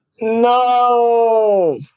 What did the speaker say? No